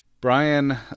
Brian